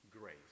grace